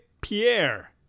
Pierre